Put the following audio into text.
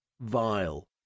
vile